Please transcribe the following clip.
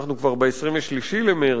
אנחנו כבר ב-23 במרס,